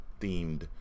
themed